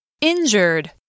Injured